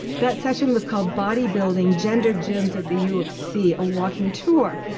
that session was called bodybuilding gender gyms at the u of c a walking tour.